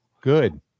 good